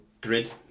grid